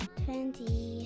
twenty